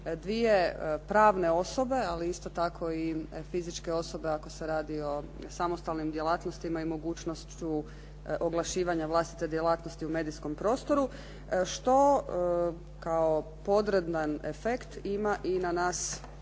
dvije pravne osobe, ali isto tako i fizičke osobe, ako se radi o samostalnim djelatnostima i mogućnošću oglašivanja vlastite djelatnosti u medijskom prostoru što kao podredan efekt ima i na nas